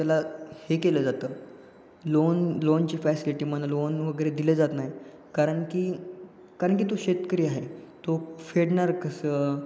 त्याला हे केलं जातं लोन लोनची फॅसिलिटी म्हणा लोन वगैरे दिलं जात नाही कारणकी कारणकी तो शेतकरी आहे तो फेडणार कसं